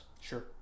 Sure